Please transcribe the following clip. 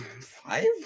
five